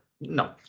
No